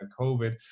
COVID